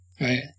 Right